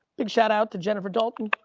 big shout out to jennifer dalton.